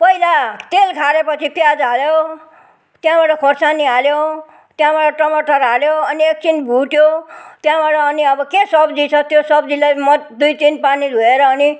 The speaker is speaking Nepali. पहिला तेल खारेपछि प्याज हाल्यो त्यहाँबाट खोर्सानी हाल्यो त्यहाँबाट टमाटर हाल्यो अनि एकछिन भुट्यो त्यहाँबाट अनि अब के सब्जी छ त्यो सब्जीलाई म दुईतिन पानी धोएर अनि